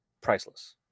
priceless